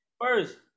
first